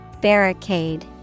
Barricade